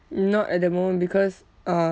not at the moment because uh